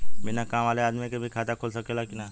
बिना काम वाले आदमी के भी खाता खुल सकेला की ना?